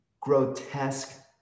grotesque